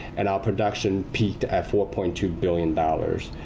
and our production peaked at four point two billion dollars.